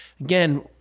again